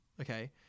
Okay